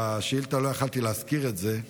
ובשאילתה לא יכולתי להזכיר את זה.